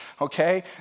okay